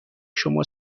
شما